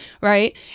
right